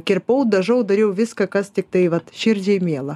kirpau dažau dariau viską kas tiktai vat širdžiai miela